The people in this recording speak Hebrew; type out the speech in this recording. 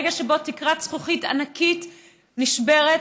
רגע שבו תקרת זכוכית ענקית נשברת,